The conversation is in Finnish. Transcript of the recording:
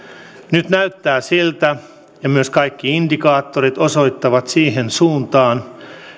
nyt näyttää siltä ja myös kaikki indikaattorit osoittavat siihen suuntaan